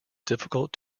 difficult